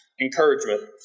encouragement